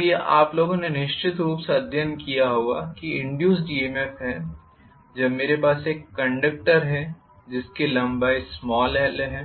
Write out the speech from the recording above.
तो यह आप लोगों ने निश्चित रूप से अध्ययन किया होगा कि इंड्यूस्ड ईएमएफ है जब मेरे पास एक कंडक्टर है जिसकी लंबाई l है